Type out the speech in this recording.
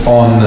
on